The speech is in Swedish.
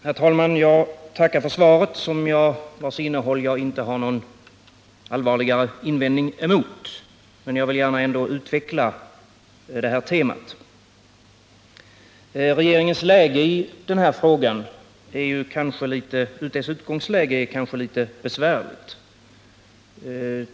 Herr talman! Jag tackar för svaret på min fråga. Jag har inte någon allvarligare invändning emot innehållet i svaret, men jag vill ändå gärna utveckla det tema som jag tagit upp i min fråga. Regeringens utgångsläge i detta sammanhang är kanske litet besvärligt.